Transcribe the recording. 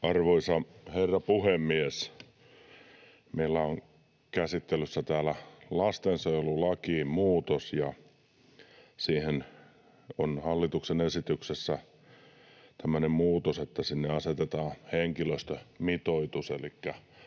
Arvoisa herra puhemies! Meillä on täällä käsittelyssä lastensuojelulakiin muutos, ja siihen on hallituksen esityksessä tämmöinen muutos, että sinne asetetaan henkilöstömitoitus,